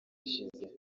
ishize